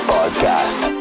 Podcast